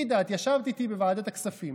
ג'ידא, את ישבת איתי בוועדת הכספים